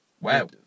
Wow